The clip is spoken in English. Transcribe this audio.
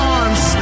arms